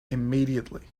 immediately